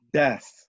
death